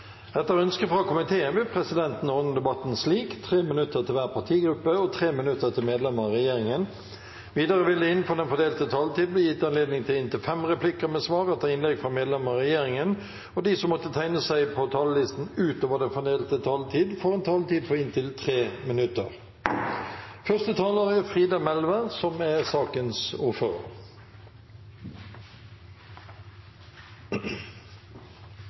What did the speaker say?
Etter ønske fra justiskomiteen vil presidenten ordne debatten slik: 3 minutter til hver partigruppe og 3 minutter til medlemmer av regjeringen. Videre vil det – innenfor den fordelte taletid – bli gitt anledning til inntil fem replikker med svar etter innlegg fra medlemmer av regjeringen, og de som måtte tegne seg på talerlisten utover den fordelte taletid, får også en taletid på inntil 3 minutter. Dette er